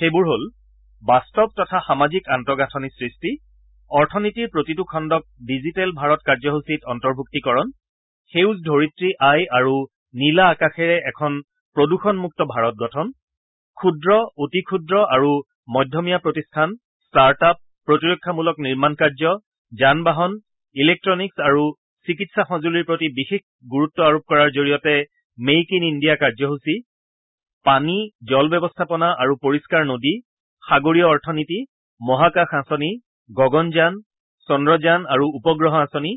সেইবোৰ হ'ল বাস্তৱ তথা সামাজিক আন্তঃগাঁথনি সৃষ্টি অৰ্থনীতিৰ প্ৰতিটো খণ্ডক ডিজেটল ভাৰত কাৰ্যসচীত অন্তৰ্ভুক্তিকৰণ সেউজ ধৰিত্ৰী আই আৰু নীলা আকাশেৰে এখন প্ৰদ্য়ণমুক্ত ভাৰত গঠন ক্ষুদ্ৰ অতি ক্ষুদ্ৰ আৰু মধ্যমীয়া প্ৰতিষ্ঠান ষ্টাৰ্ট আপ প্ৰতিৰক্ষামূলক নিৰ্মাণ কাৰ্য যানবাহন ইলেকট্টিনক আৰু চিকিৎসা সঁজুলিৰ প্ৰতি বিশেষ গুৰুত্ব আৰোপ কৰাৰ জৰিয়তে মেক ইন ইণ্ডিয়া কাৰ্যসচী পানী জল ব্যৱস্থাপনা আৰু পৰিষ্ণাৰ নদী সাগৰীয় অৰ্থনীতি মহাকাশ আঁচনি গগণ যান চন্দ্ৰ যান আৰু উপগ্ৰহ আঁচনি